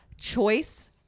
choice